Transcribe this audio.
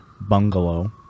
bungalow